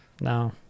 no